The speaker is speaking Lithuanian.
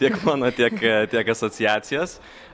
tiek mano tiek tiek asociacijos